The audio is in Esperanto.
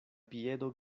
piedo